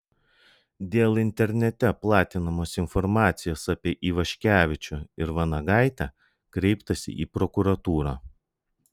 dėl internete platinamos informacijos apie ivaškevičių ir vanagaitę kreiptasi į prokuratūrą